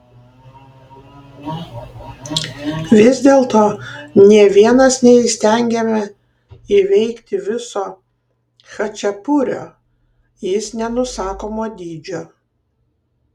vis dėlto nė vienas neįstengiame įveikti viso chačapurio jis nenusakomo dydžio